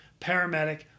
paramedic